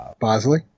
Bosley